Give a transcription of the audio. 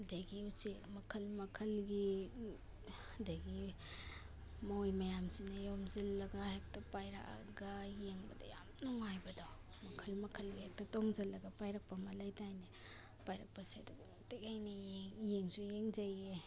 ꯑꯗꯒꯤ ꯎꯆꯦꯛ ꯃꯈꯜ ꯃꯈꯜꯒꯤ ꯑꯗꯒꯤ ꯃꯣꯏ ꯃꯌꯥꯝꯁꯤꯅ ꯌꯣꯝꯁꯤꯜꯂꯒ ꯍꯦꯛꯇ ꯄꯥꯏꯔꯛꯑꯒ ꯌꯦꯡꯕꯗ ꯌꯥꯝ ꯅꯨꯡꯉꯥꯏꯕꯗꯣ ꯃꯈꯜ ꯃꯈꯜꯒꯤ ꯍꯦꯛꯇ ꯇꯣꯡꯁꯤꯜꯂꯒ ꯄꯥꯏꯔꯛꯄ ꯑꯃ ꯂꯩꯗꯥꯏꯅꯦ ꯄꯥꯏꯔꯛꯄꯁꯦ ꯑꯗꯨꯛꯀꯤ ꯃꯇꯤꯛ ꯑꯩꯅ ꯌꯦꯡꯁꯨ ꯌꯦꯡꯖꯩꯌꯦ